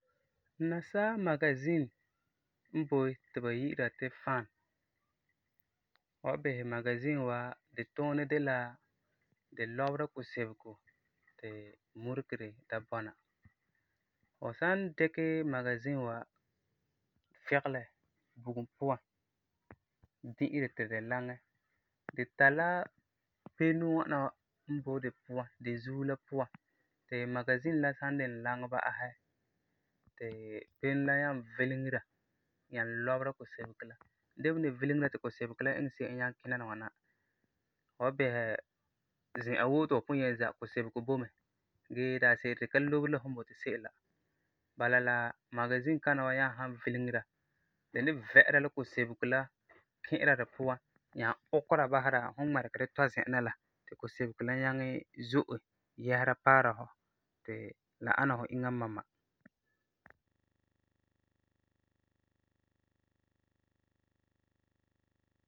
Nasaa magazin n boi ti ba yi'ira di ti fan. Fu san bisɛ magazin wa, di tuunɛ de la di lɔbera kusebego ti muregere da bɔna. Fu san dikɛ magazin wa figelɛ bugum puan, di'e di ti di laŋɛ, di tari la peno ŋwana wa n boi di puan, di zuo la puan, ti magazin la san diŋɛ laŋɛ ba'asɛ, ti peno nyaa vileŋera nyaa lɔbera kusebego la, di me ni vileŋera ti kusebego iŋɛ se'em nyaŋɛ kina na n ŋwana; Fu san bisɛ, zi'an woo ti fu pugum yen zɛa, kusebego boi mɛ, gee daase'ere di ka loberi la fum n boti se'em la, bala la magazin kana wa nyaa san vileŋera, di ni vɛ'ɛra la kusebego la ki'ira di puan, nyaa ukera basera fum ŋmɛregɛ di tɔ zi'an na la ti kusebego la nyaŋɛ zo'e, yɛsera paara fu ti la ana fu inya ma ma.